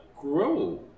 Grow